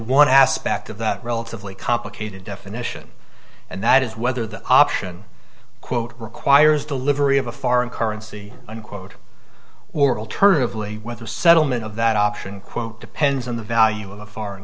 one aspect of that relatively complicated definition and that is whether the option quote requires delivery of a foreign currency unquote or alternatively whether a settlement of that option quote depends on the value of a foreign